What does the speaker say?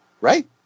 right